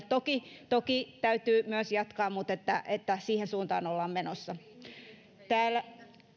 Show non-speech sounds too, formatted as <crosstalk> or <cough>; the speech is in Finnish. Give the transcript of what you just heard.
<unintelligible> toki toki täytyy myös jatkaa mutta siihen suuntaan ollaan menossa täällä